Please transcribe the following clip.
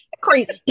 Crazy